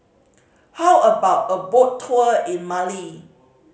how about a boat tour in Mali